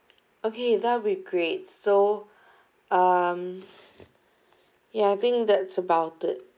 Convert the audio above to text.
okay that'll be great so um yeah I think that's about it